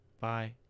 Bye